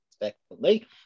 Respectfully